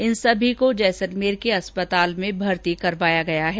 इन सभी को जैसलमेर के अस्पताल में भर्ती कराया गया है